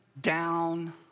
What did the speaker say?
down